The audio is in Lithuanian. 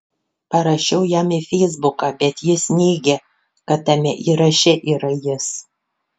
parašiau jam į feisbuką bet jis neigė kad tame įraše yra jis